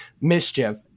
mischief